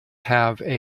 have